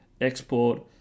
export